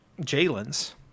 Jalen's